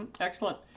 Excellent